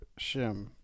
shim